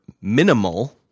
minimal